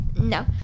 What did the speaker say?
no